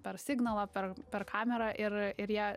per signalą per per kamerą ir ir jie